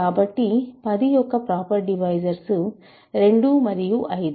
కాబట్టి 10 యొక్క proper divisors 2 మరియు 5